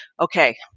okay